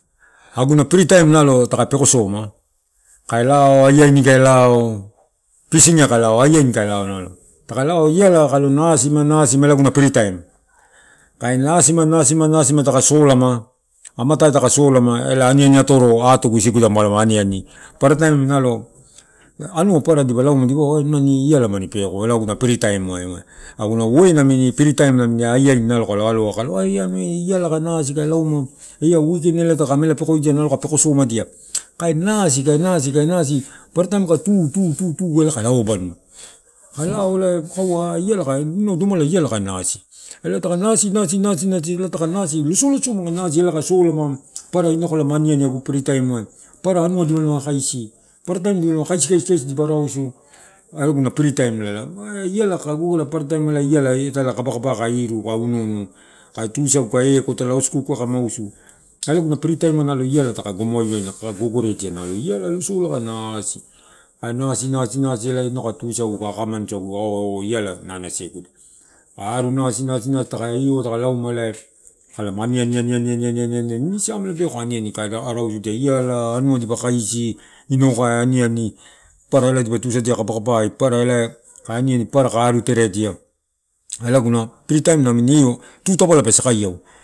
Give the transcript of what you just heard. Aguna freetime nalo ka pekosoma, kai lao aiaini kai lao fishing kai loa aniani kai lao kai lao ma iala kalo nasima ela aguna freetime. Kai nasima, nasima, nasima taka solama amatai taka solama, ela aniani atoro aatugu dipalama niani, paparataim nalo anua papara dipa lauma dipaua imani iala mani peko ela aguna free time ai, aguna way namini free time kai alo aiaini eh iala kai nasi kai lauma. Eh ia weekend eh taka amela peko, kai pekosomadia, kai nasi, kainasi paparataim kai tu, tu, tu, tu ela kai lauabanima. Kai lao ela kaua inau domala iala kai nasi elai losolasoma kai nasi, ela taka solama papara inau kalama aniani aguna free time muai papara anu dipalama kaisi, paparataim dipalama kaisi kaisi kaisi dipa arausu ela aguna free time la eh ma. Iala kakagogore are paparataim ela iala ita kabakaba kai eko italai haus kukuai kai mausu, ela aguna free time iala taka gomo waiwaina akaka gogoredia nalo iala losola kai nasi, kainasi, nasi, nasi ela inau kai tusaga kai akamanusagu oh ala nasi nasiegu kai aru nasi, nasi nasi taka ioua taka lauma ela kalama ani ani ani ani ini siamela beau kai aniani kar arausudia iala anua dipa kaisi inau kai aniani, papara ela kabakaba dipa tusadia papara kai aru teredia ela aguna free time namini io tutavala, pe sakaiau.